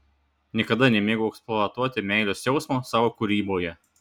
niekada nemėgau eksploatuoti meilės jausmo savo kūryboje